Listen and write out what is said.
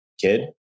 kid